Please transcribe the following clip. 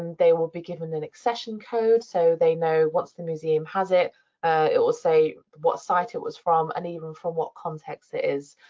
and they will be given an accession code. so they know once the museum has it it will say what site it was from and even from what context it is.